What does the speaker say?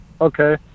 Okay